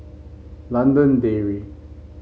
London Dairy